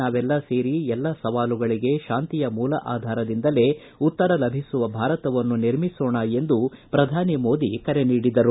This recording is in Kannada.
ನಾವೆಲ್ಲ ಸೇರಿ ಎಲ್ಲ ಸವಾಲುಗಳಿಗೆ ಶಾಂತಿಯ ಮೂಲ ಆಧಾರದಿಂದಲೇ ಉತ್ತರ ಲಭಿಸುವ ಭಾರತವನ್ನು ನಿರ್ಮಿಸೋಣ ಎಂದು ಪ್ರಧಾನಿ ಮೋದಿ ಕರೆ ನೀಡಿದರು